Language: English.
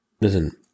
Listen